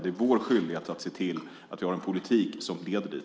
Det är vår skyldighet att se till att vi har en politik som leder dit.